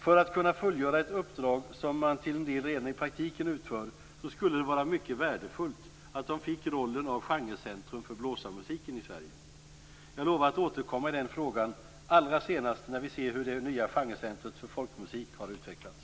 För att kunna fullgöra ett uppdrag som man till en del redan i praktiken utför skulle det vara mycket värdefullt att man fick rollen av genrecentrum för blåsarmusiken i Sverige. Jag lovar att återkomma i den frågan allra senast när vi ser hur det nya genrecentrumet för folkmusik har utvecklats.